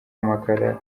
amakara